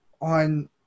on